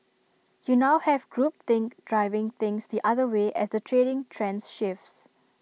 you now have group think driving things the other way as the trading trends shifts